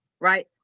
Right